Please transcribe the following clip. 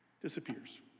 disappears